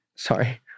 Sorry